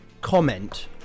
comment